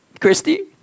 Christy